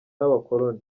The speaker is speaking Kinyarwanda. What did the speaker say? n’abakoloni